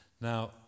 Now